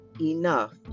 enough